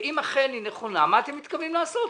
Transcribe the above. ואם אכן היא נכונה מה אתם מתכוונים לעשות?